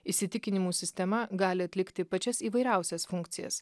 įsitikinimų sistema gali atlikti pačias įvairiausias funkcijas